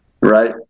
right